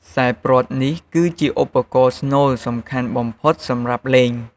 ខ្សែព្រ័ត្រនេះគឺជា ឧបករណ៍ស្នូលសំខាន់បំផុតសម្រាប់លេង។